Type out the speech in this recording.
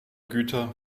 güter